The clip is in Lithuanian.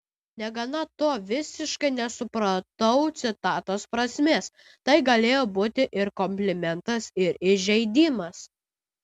negana to visiškai nesupratau citatos prasmės tai galėjo būti ir komplimentas ir įžeidimas